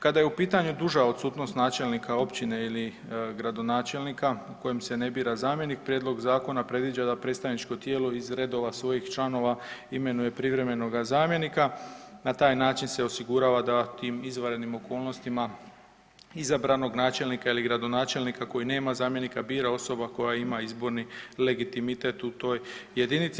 Kada je u pitanju duža odsutnost načelnika općine ili gradonačelnika kojem se ne bira zamjenik, prijedlog zakona predviđa da predstavničko tijelo iz redova svojih članova imenuje privremenoga zamjenika, na taj način se osigurava da tim izvanrednim okolnostima izabranog načelnika ili gradonačelnika koji nema zamjenika bira osoba koja ima izborni legitimitet u toj jedinici.